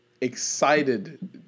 excited